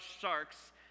sharks